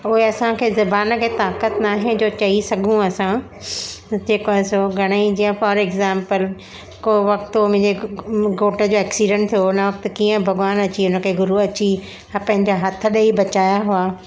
उहे असांखे ज़बान खे ताकत न आहे जो चयी सघूं असां जेको आहे सो घणेई जीअं फॉर एक्जॉम्पल को वक़्ति हुयो मुंहिंजे घोट जो एक्सीडेंट थियो हुन वक़्ति कीअं भॻवानु अची हुनखे गुरूअ अची पंहिंजा हथ ॾेई बचाया हुया